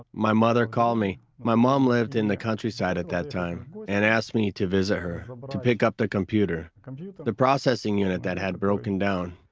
my mother called me. my mum lived in the countryside at that time and asked me to visit her, but to pick up the computer, but the processing unit that had broken down.